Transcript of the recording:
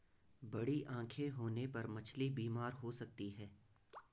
बड़ी आंखें होने पर मछली बीमार हो सकती है